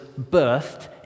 birthed